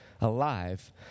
alive